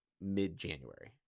mid-january